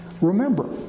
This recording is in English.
Remember